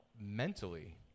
mentally